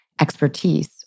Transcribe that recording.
expertise